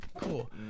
Cool